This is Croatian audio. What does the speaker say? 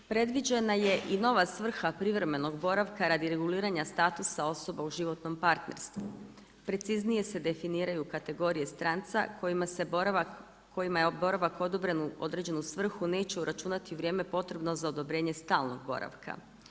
Predviđena je i nova svrha privremenog boravka radi reguliranja statusa osoba u životnom partnerstvu, preciznije se definiraju kategorije stranca kojima se boravak, kojima je boravak odobren u određenu svrhu neće uračunati u vrijeme potrebno za odobrenje stalnog boravka.